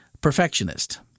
perfectionist